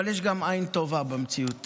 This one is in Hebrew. אבל יש גם עין טובה במציאות.